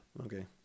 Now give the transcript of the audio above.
Okay